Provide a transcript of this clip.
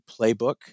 playbook